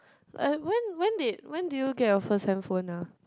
like when when did when did you get your first handphone ah